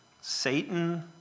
Satan